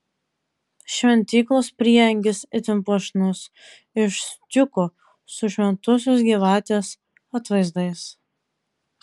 šventyklos prieangis itin puošnus iš stiuko su šventosios gyvatės atvaizdais